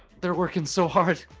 they're working so hard